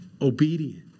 Obedient